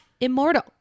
immortal